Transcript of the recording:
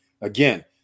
Again